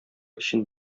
өчен